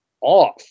off